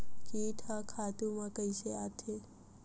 कीट ह खातु म कइसे आथे?